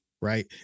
Right